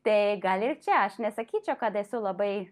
tai gal ir čia aš nesakyčiau kad esu labai